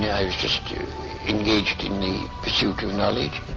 yeah i was just you engaged in the pursuit of knowledge